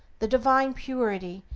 the divine purity,